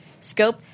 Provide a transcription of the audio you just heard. scope